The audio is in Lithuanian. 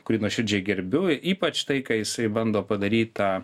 kurį nuoširdžiai gerbiu ypač tai ką jisai bando padaryt tą